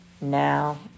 now